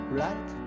right